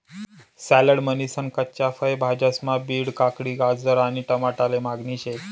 salad म्हनीसन कच्च्या फय भाज्यास्मा बीट, काकडी, गाजर आणि टमाटाले मागणी शे